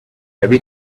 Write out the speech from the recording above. every